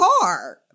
car